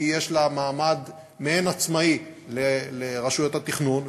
כי יש לה מעמד מעין עצמאי ברשויות התכנון,